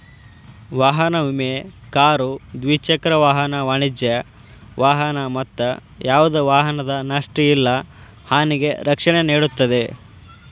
ವಾಹನ ವಿಮೆ ಕಾರು ದ್ವಿಚಕ್ರ ವಾಹನ ವಾಣಿಜ್ಯ ವಾಹನ ಮತ್ತ ಯಾವ್ದ ವಾಹನದ ನಷ್ಟ ಇಲ್ಲಾ ಹಾನಿಗೆ ರಕ್ಷಣೆ ನೇಡುತ್ತದೆ